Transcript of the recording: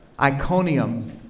Iconium